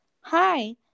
hi